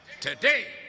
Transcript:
today